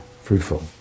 fruitful